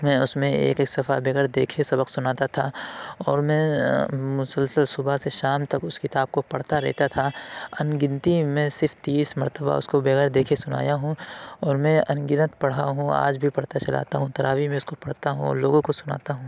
میں اُس میں ایک ایک صفحہ بغیر دیکھے سبق سُناتا تھا اور میں مسلسل صُبح سے شام تک اُس کتاب کو پڑھتا رہتا تھا اَن گنتی میں صرف تیس مرتبہ اُس کو بغیر دیکھے سُنایا ہوں اور میں اَن گنت پڑھا ہوں آج بھی پڑھتا چلا آتا ہوں تراویح میں اِس کو پڑھتا ہوں اور لوگوں کو سُناتا ہوں